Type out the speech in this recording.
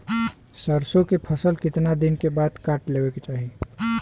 सरसो के फसल कितना दिन के बाद काट लेवे के चाही?